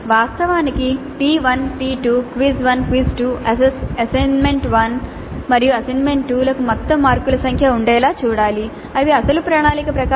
వాస్తవానికి T 1 T 2 quiz 1 quiz 2 assignment 1 మరియు assignment 2 లకు మొత్తం మార్కుల సంఖ్య ఉండేలా చూడాలి అవి అసలు ప్రణాళిక ప్రకారం